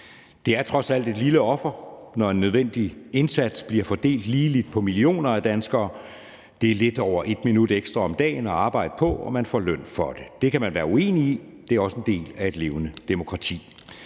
Det er trods alt et lille offer, når en nødvendig indsats bliver fordelt ligeligt på millioner af danskere. Det er lidt over et minut ekstra om dagen at arbejde, og man får løn for det. Det kan man være uenig i; det er også en del af et levende demokrati.